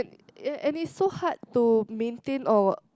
and and it's so hard to maintain or